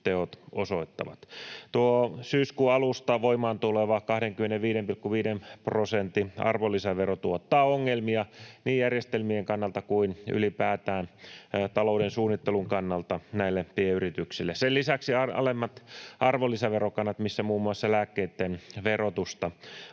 teot osoittavat. Tuo syyskuun alusta voimaan tuleva 25,5 prosentin arvonlisävero tuottaa ongelmia niin järjestelmien kannalta kuin ylipäätään talouden suunnittelun kannalta näille pienyrityksille. Sen lisäksi alemmat arvonlisäverokannat, missä muun muassa lääkkeitten arvonlisäverotusta